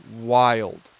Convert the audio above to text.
wild